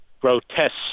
grotesque